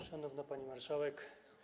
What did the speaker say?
Szanowna Pani Marszałek!